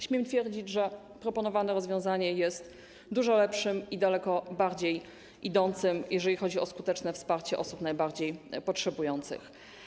Śmiem twierdzić, że proponowane rozwiązanie jest dużo lepsze i daleko bardziej idące, jeśli chodzi o skuteczne wsparcie osób najbardziej potrzebujących.